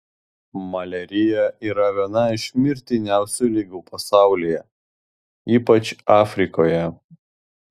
maliarija yra viena iš mirtiniausių ligų pasaulyje ypač afrikoje